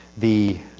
the